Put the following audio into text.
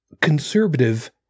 conservative